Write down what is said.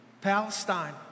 Palestine